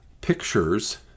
pictures